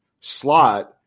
slot